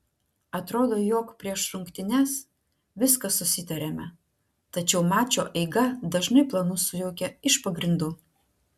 atrodo jog prieš rungtynes viską susitariame tačiau mačo eiga dažnai planus sujaukia iš pagrindų